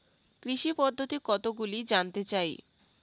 কৃষি পদ্ধতি কতগুলি জানতে চাই?